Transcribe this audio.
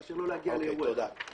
מאשר לא להגיע לאירוע אחד.